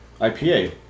IPA